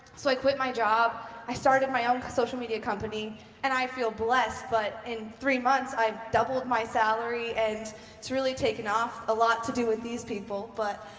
so i quit my job, i started my own social media company and i feel blessed, but in three months i've doubled my salary and it's really taken off, a lot to do with these people, but,